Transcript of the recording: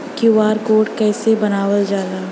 QR code कइसे बनवाल जाला?